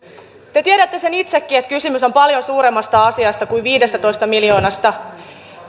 te tiedätte sen itsekin että kysymys on paljon suuremmasta asiasta kuin viidestätoista miljoonasta